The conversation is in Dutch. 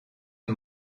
een